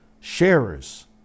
sharers